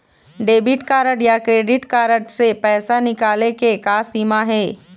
Debit या credit card से पैसा निकाले के का सीमा हे?